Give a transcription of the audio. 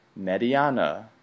Mediana